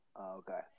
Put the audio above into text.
Okay